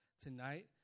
Tonight